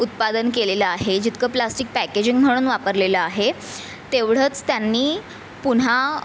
उत्पादन केलेलं आहे जितकं प्लास्टिक पॅकेजिंग म्हणून वापरलेलं आहे तेवढंच त्यांनी पुन्हा